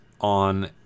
on